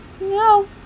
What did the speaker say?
no